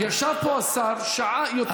ישב פה השר שעה, יותר משעה.